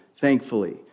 thankfully